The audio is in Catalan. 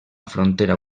frontera